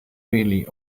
really